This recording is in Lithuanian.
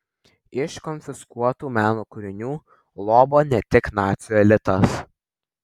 iš konfiskuotų meno kūrinių lobo ne tik nacių elitas